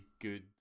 good